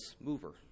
mover